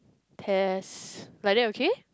test like that okay